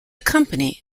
company